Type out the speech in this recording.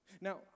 Now